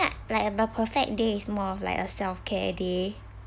like uh the perfect day is more of like a self care day